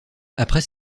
après